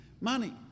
money